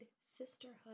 sisterhood